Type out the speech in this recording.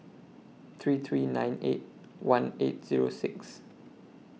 three three nine eight one eight Zero six